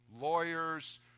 lawyers